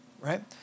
Right